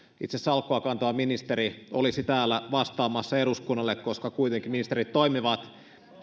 itse salkkua kantava ministeri olisi täällä vastaamassa eduskunnalle koska kuitenkin ministerit toimivat